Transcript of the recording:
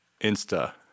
Insta